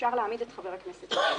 אפשר להעמיד את חבר הכנסת לדין.